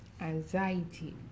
anxiety